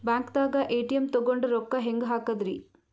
ಬ್ಯಾಂಕ್ದಾಗ ಎ.ಟಿ.ಎಂ ತಗೊಂಡ್ ರೊಕ್ಕ ಹೆಂಗ್ ಹಾಕದ್ರಿ?